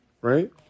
right